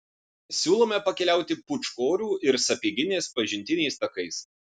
siūlome pakeliauti pūčkorių ir sapieginės pažintiniais takais